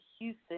Houston